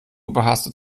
überhastet